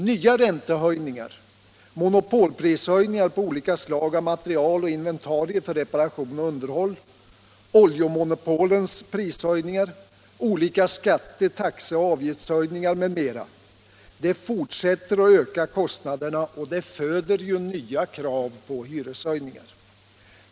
Nya räntehöjningar, monopolprishöjningar på olika slags material och inventarier för reparation och underhåll, oljemonopolens prishöjningar, olika skatte-, taxeoch avgiftshöjningar m.m. fortsätter att öka kostnaderna och föder nya krav på hyreshöjningar.